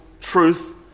truth